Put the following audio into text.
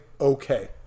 okay